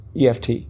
EFT